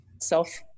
self